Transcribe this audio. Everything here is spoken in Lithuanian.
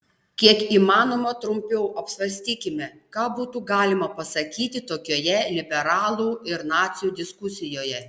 kiek įmanoma trumpiau apsvarstykime ką būtų galima pasakyti tokioje liberalų ir nacių diskusijoje